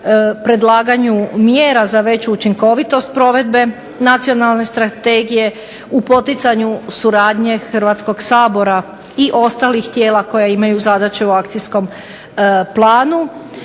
predlaganju mjera za veću učinkovitost provedbe Nacionalne strategije, u poticanju suradnje Hrvatskog sabora i ostalih tijela koja imaju zadaće u akcijskom planu.